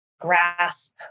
grasp